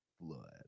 blood